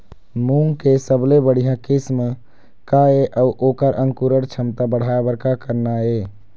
मूंग के सबले बढ़िया किस्म का ये अऊ ओकर अंकुरण क्षमता बढ़ाये बर का करना ये?